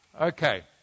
Okay